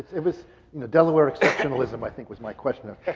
it was in the delaware exceptionalism, i think was my question, ah